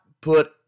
put